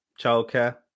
childcare